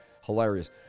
hilarious